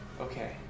Okay